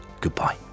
Goodbye